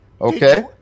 Okay